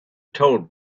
told